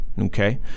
okay